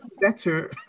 better